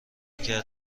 کرد